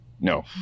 no